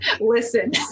Listen